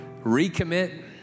recommit